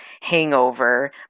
hangover